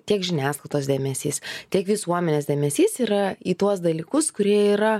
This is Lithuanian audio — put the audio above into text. tiek žiniasklaidos dėmesys tiek visuomenės dėmesys yra į tuos dalykus kurie yra